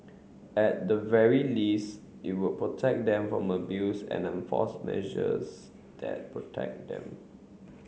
at the very least it will protect them from abuse and enforce measures that protect them